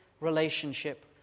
relationship